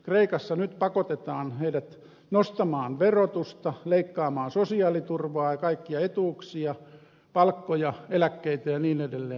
kreikassa nyt pakotetaan heidät nostamaan verotusta leikkaamaan sosiaaliturvaa ja kaikkia etuuksia palkkoja eläkkeitä ja niin edelleen